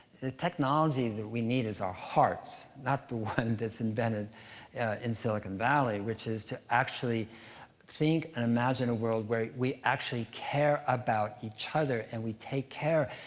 the technology that we need is our hearts, not the one that's invented in silicon valley, which is to actually think and imagine a world where we actually care about each other and we take care.